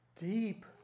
deep